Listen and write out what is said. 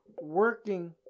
working